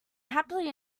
happily